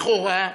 לכאורה,